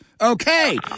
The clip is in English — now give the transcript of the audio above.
Okay